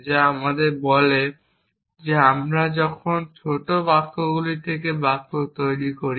যা আমাদের বলে যে আমরা যখন ছোট বাক্যগুলি থেকে বাক্য তৈরি করি